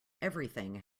everything